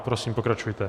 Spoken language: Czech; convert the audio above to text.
Prosím, pokračujte.